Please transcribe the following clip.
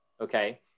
okay